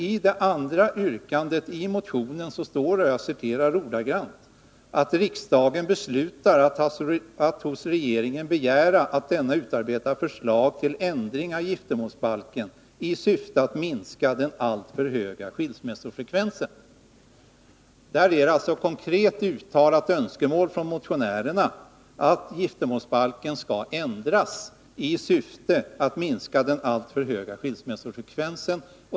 I det andra yrkandet i motionen hemställs emellertid — jag citerar ordagrant — ”att riksdagen beslutar att hos regeringen begära att denna utarbetar förslag till ändring av giftermålsbalken i syfte att minska den alltför höga skilsmässofrekvensen”. Där är det alltså ett konkret önskemål uttalat från motionärerna att man skall ändra giftermålsbalken i syfte att minska den alltför höga skilsmässofrekvensen.